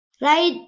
Right